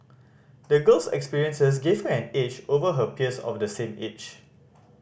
the girl's experiences gave her an edge over her peers of the same age